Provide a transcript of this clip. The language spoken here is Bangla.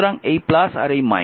সুতরাং এই আর এই